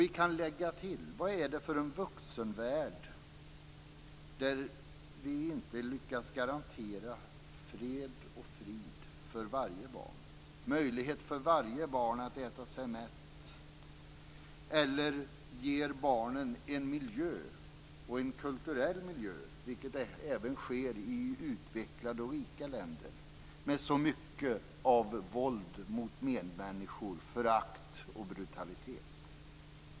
Vi kan lägga till: Vad är det för en vuxenvärld som inte lyckas garantera fred och frid för varje barn och möjlighet för varje barn att äta sig mätt? Varför ger vi barnen en miljö och en kulturell miljö, även i utvecklade och rika länder, med så mycket våld mot medmänniskor, förakt och brutalitet?